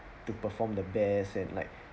to perform the best and like